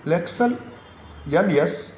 लेक्शन याल यस